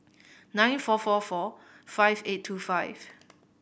nine four four four five eight two five